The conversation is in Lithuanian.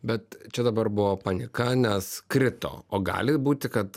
bet čia dabar buvo panika nes krito o gali būti kad